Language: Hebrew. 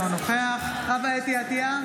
אינו נוכח חוה אתי עטייה,